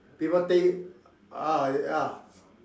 people tell you ah ya